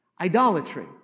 Idolatry